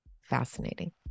fascinating